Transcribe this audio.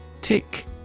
Tick